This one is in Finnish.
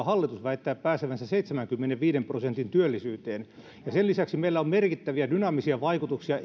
hallitus väittää pääsevänsä seitsemänkymmenenviiden prosentin työllisyyteen sen lisäksi meillä on merkittäviä dynaamisia vaikutuksia